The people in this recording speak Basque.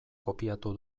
kopiatu